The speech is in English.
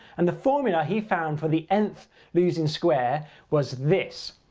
and the formula he found for the nth losing square was this.